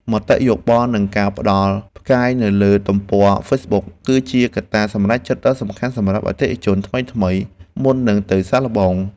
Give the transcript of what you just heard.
មតិយោបល់និងការផ្ដល់ផ្កាយនៅលើទំព័រហ្វេសប៊ុក គឺជាកត្តាសម្រេចចិត្តដ៏សំខាន់សម្រាប់អតិថិជនថ្មីៗមុននឹងទៅសាកល្បង។